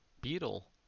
Beetle